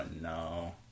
No